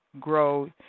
grow